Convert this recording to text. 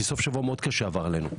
כי סוף שבוע מאוד קשה עבר עלינו.